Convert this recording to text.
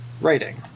Writing